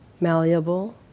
malleable